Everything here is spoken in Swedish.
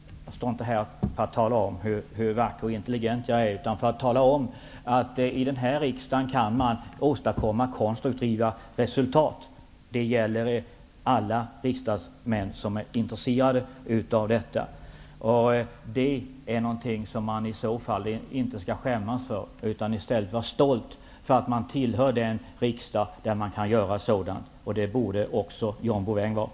Jag står inte här för att tala om hur vacker och intelligent jag är utan för att tala om att man i denna riksdag kan åstadkomma konstruktiva resultat. Det gäller alla riksdagsmän som är intresserade av dessa frågor. Det skall man inte skämmas för, utan man skall vara stolt över att tillhöra en riksdag där man kan göra så. Det borde också John Bouvin vara.